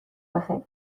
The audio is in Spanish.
vejez